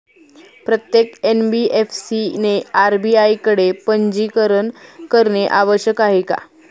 प्रत्येक एन.बी.एफ.सी ने आर.बी.आय कडे पंजीकरण करणे आवश्यक आहे का?